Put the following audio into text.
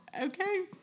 Okay